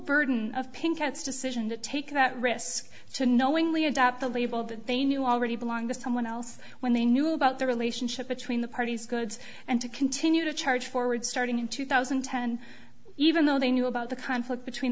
burden of pink cat's decision to take that risk to knowingly adopt the lead well that they knew already belong to someone else when they knew about the relationship between the parties goods and to continue to charge forward starting in two thousand and ten even though they knew about the conflict between